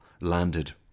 landed